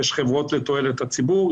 יש חברות לתועלת הציבור,